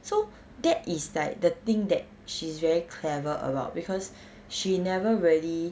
so that is like the thing that she's very clever about because she never really